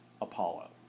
Apollo